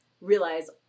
realize